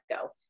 go